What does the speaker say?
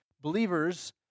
believers